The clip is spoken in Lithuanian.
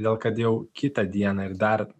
todėl kad jau kitą dieną ir dar